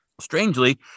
Strangely